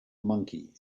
monkey